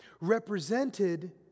represented